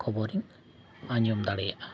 ᱠᱷᱚᱵᱚᱨᱤᱧ ᱟᱸᱡᱚᱢ ᱫᱟᱲᱮᱭᱟᱜᱼᱟ